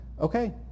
okay